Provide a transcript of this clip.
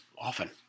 often